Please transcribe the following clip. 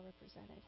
represented